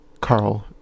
Carl